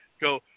go